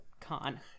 con